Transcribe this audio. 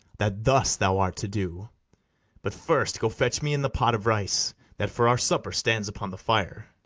that thus thou art to do but first go fetch me in the pot of rice that for our supper stands upon the fire.